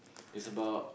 it's about